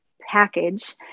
package